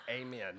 amen